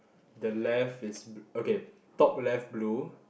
the left is b~ okay top left blue